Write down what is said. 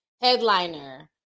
Headliner